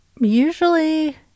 Usually